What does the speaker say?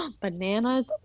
Bananas